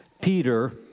Peter